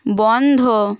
বন্ধ